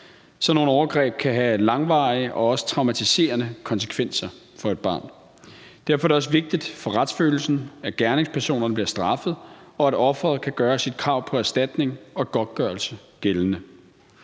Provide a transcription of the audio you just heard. Sådan nogle overgreb kan have langvarige og også traumatiserende konsekvenser for et barn. Derfor er det også vigtigt for retsfølelsen, at gerningspersonerne bliver straffet, og at offeret kan gøre sit krav på erstatning og godtgørelse gældende.